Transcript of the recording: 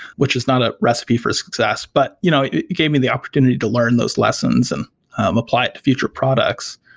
which is not a recipe for success. but you know it it gave me the opportunity to learn those lessons and apply it to future products.